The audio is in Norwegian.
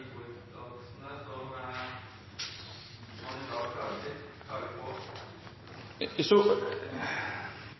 Representantene